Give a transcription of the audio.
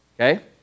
okay